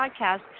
podcast